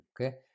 okay